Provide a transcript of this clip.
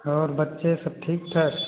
और बच्चे सब ठीक ठाक